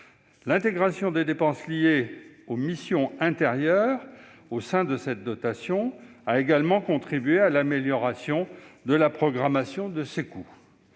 L'intégration des dépenses liées aux missions intérieures au sein de la dotation initiale a également contribué à l'amélioration de la programmation de ces coûts.